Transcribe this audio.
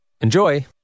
Enjoy